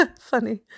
funny